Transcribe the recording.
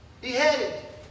Beheaded